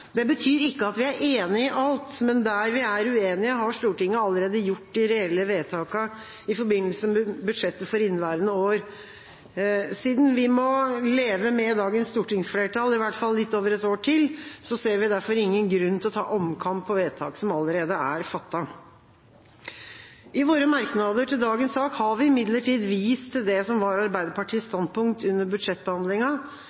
Det betyr ikke at vi er enig i alt, men der vi er uenige, har Stortinget allerede gjort de reelle vedtakene i forbindelse med budsjettet for inneværende år. Siden vi må leve med dagens stortingsflertall, i hvert fall litt over et år til, ser vi derfor ingen grunn til å ta omkamp på vedtak som allerede er fattet. I våre merknader til dagens sak har vi imidlertid vist til det som var Arbeiderpartiets